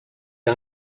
que